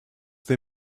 they